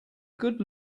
good